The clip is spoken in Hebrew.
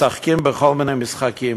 משחקים בכל מיני משחקים.